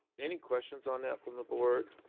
any questions on that from the board?